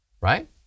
right